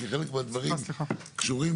כי חלק מהדברים קשורים,